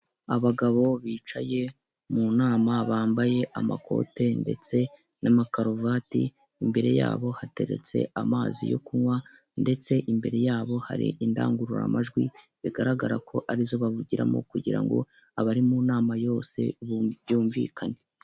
Abagabo bicaye mu nama bambaye amakote ndetse n'ama karovate. Imbere yabo hateretse amazi yo kunywa ndetse imbere yabo hari indangururamajwi. Bigaragara ko arizo bavugiramo, kugirango abari mu nama bose bumvikane.